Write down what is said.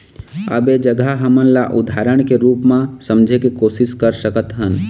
अब ऐ जघा हमन ह उदाहरन के रुप म समझे के कोशिस कर सकत हन